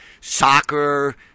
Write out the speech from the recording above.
soccer